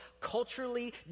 culturally